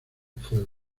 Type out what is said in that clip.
fuego